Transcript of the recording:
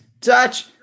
touch